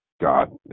God